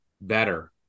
better –